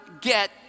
get